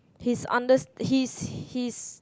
he's unders~ he's he's